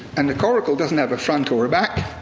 and the coracle doesn't have a front or a back,